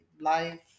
life